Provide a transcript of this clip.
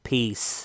Peace